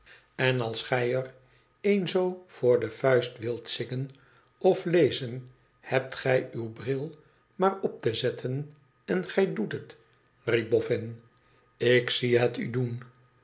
en als gij er een zoo voor de vuist wilt zingen oflezen hebt gij uw bru maar op te zetten en gij doet het riep boffin ik zie het u doen